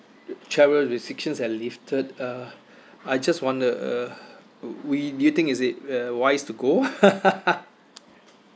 travel restrictions are lifted uh I just wonder uh we do you think is it uh wise to go